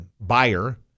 buyer